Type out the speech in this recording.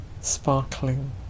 sparkling